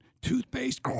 Toothpaste